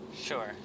Sure